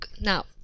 Now